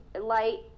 light